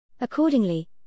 Accordingly